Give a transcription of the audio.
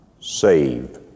saved